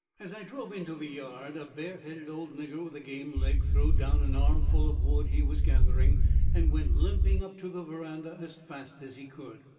as i drove into the yard, a bare-headed old nigger with a game leg throwed down an armful of wood he was gathering and went limping up to the veranda as fast as he could.